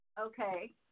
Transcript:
Okay